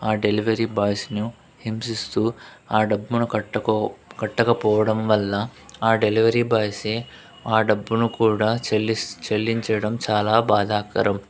ఆ డెలివరీ బాయ్స్ను హింసిస్తూ ఆ డబ్బును కట్టుకో కట్టకపోవడం వల్ల ఆ డెలివరీ బాయ్సే ఆ డబ్బును కూడా చెల్లిచ చెల్లించడం చాలా బాధాకరం